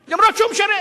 אפילו שהוא משרת.